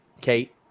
kate